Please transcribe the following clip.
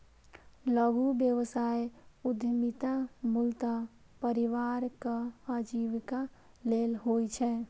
लघु व्यवसाय उद्यमिता मूलतः परिवारक आजीविका लेल होइ छै